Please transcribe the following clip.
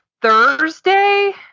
Thursday